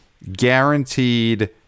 guaranteed